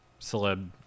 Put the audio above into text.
celeb